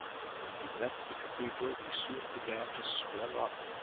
but when he left the cathedral he soon began to swell up,